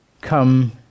come